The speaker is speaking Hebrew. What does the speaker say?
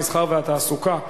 המסחר והתעסוקה,